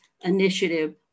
initiative